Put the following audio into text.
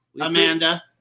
Amanda